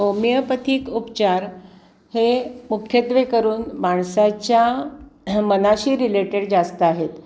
homeopathic उपचार हे मुख्यत्वे करून माणसाच्या मनाशी रिलेटेड जास्त आहेत